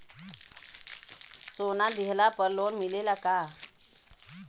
सोना दिहला पर लोन मिलेला का?